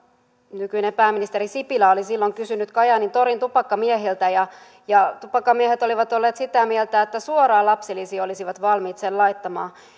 nykyinen pääministeri sipilä oli silloin kysynyt kajaanin torin tupakkamiehiltä ja ja tupakkamiehet olivat olleet sitä mieltä että suoraan lapsilisiin olisivat valmiit sen laittamaan